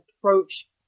approach